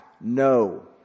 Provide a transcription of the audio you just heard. No